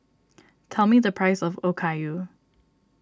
tell me the price of Okayu